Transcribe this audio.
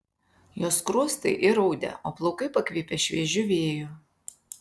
jos skruostai įraudę o plaukai pakvipę šviežiu vėju